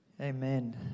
Amen